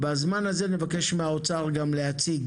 בזמן הזה נבקש גם מהאוצר להציג